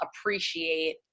appreciate